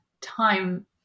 time